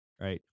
right